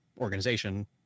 organization